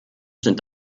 sind